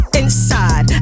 inside